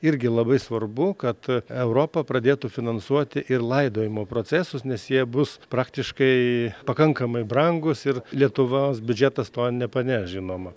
irgi labai svarbu kad europa pradėtų finansuoti ir laidojimo procesus nes jie bus praktiškai pakankamai brangūs ir lietuvos biudžetas to nepaneš žinoma